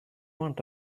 want